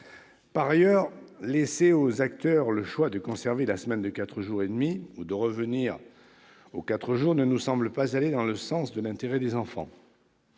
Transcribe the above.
Par ailleurs, laisser aux acteurs le choix de conserver la semaine de quatre jours et demi ou de revenir à quatre jours ne nous semble pas aller dans le sens de l'intérêt des enfants.